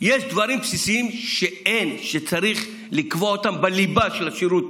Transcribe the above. יש דברים בסיסיים שצריך לקבוע אותם בליבה של השירות